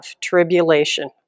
tribulation